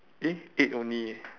eh eight only eh